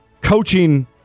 coaching